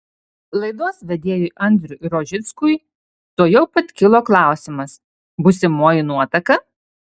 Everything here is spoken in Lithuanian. laidos vedėjui andriui rožickui tuojau pat kilo klausimas būsimoji nuotaka